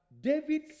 David